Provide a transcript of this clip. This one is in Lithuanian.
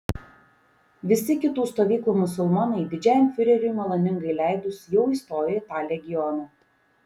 visi kitų stovyklų musulmonai didžiajam fiureriui maloningai leidus jau įstojo į tą legioną